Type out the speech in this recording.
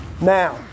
Now